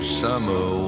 summer